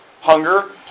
Hunger